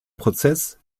prozess